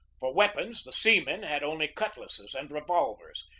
for weapons the seamen had only cutlasses and revolvers,